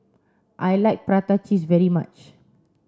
I like prata cheese very much